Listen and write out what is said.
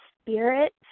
spirit